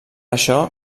això